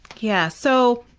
yes. so,